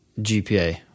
GPA